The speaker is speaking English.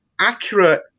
accurate